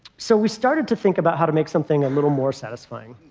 so we started to think about how to make something a little more satisfying,